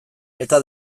eta